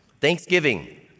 Thanksgiving